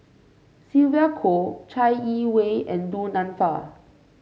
Sylvia Kho Chai Yee Wei and Du Nanfa